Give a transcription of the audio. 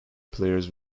players